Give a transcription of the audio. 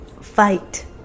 fight